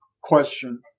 question